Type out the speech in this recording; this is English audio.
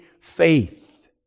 faith